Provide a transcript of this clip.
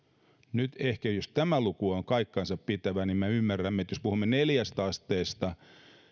nyt jos tämä luku on paikkansa pitävä ehkä ymmärrämme että jos me puhumme neljästä asteesta